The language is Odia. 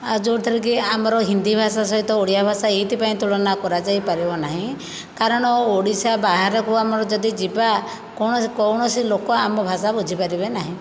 ଆଉ ଯେଉଁଥିରେକି ଆମର ହିନ୍ଦି ଭାଷା ସହିତ ଓଡ଼ିଆ ଭାଷା ଏଇଥିପାଇଁ ତୁଳନା କରାଯାଇ ପାରିବ ନାହିଁ କାରଣ ଓଡ଼ିଶା ବାହାରକୁ ଆମର ଯଦି ଯିବା କୌଣସି କୌଣସି ଲୋକ ଆମ ଭାଷା ବୁଝି ପାରିବେ ନାହିଁ